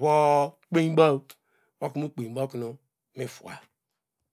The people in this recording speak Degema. vo- o kpeinba oknu kpeinbaw oknu oni fuwa.